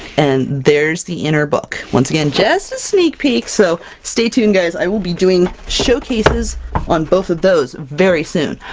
and there's the inner book! once again, just a sneak peek! so, stay tuned guys, i will be doing showcases on both of those very soon,